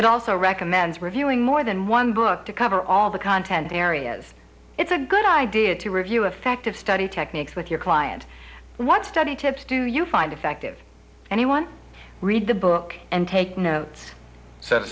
it also recommends reviewing more than one book to cover all the content areas it's a good idea to review effective study techniques with your client what study tips do you find effective anyone read the book and take notes s